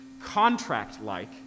contract-like